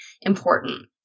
important